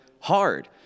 hard